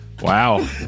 Wow